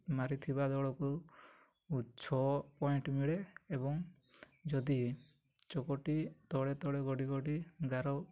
ମାରିଥିବା ଦଳକୁ ଛଅ ପଏଣ୍ଟ ମିଳେ ଏବଂ ଯଦି ଚକଟି ତଳେ ତଳେ ଗଡ଼ି ଗଡ଼ି ଗାର